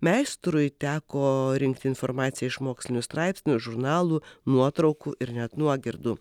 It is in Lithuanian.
meistrui teko rinkti informaciją iš mokslinių straipsnių žurnalų nuotraukų ir net nuogirdų